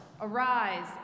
Arise